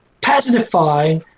Pacify